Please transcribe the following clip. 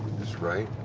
it's right.